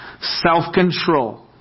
Self-control